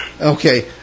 Okay